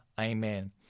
Amen